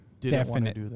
definite